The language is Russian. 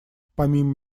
помимо